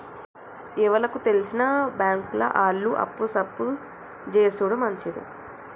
ఎవలకు తెల్సిన బాంకుల ఆళ్లు అప్పు సప్పు జేసుడు మంచిది